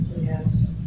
Yes